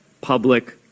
public